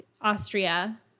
Austria